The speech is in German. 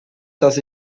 dass